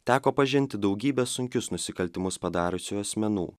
teko pažinti daugybę sunkius nusikaltimus padariusių asmenų